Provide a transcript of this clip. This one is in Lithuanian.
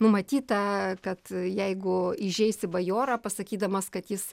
numatyta kad jeigu įžeisi bajorą pasakydamas kad jis